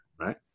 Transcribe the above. right